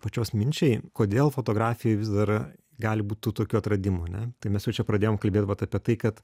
pačios minčiai kodėl fotografijoj vis dar gali būt tų tokių atradimų ne tai mes čia pradėjom kalbėt apie tai kad